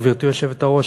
גברתי היושבת-ראש,